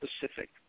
Pacific